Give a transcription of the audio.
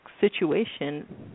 situation